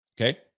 Okay